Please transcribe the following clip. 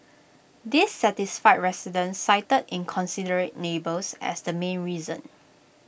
dissatisfied residents cited inconsiderate neighbours as the main reason